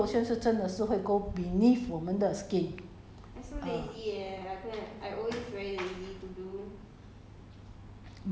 你你可以你要所以你要小心一点 uh actually body lotion 是真的是会 go beneath 我们的 skin uh